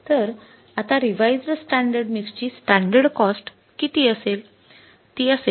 तर आता revised standard mix ची स्टॅंडर्ड कॉस्ट किती असेल